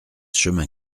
chemin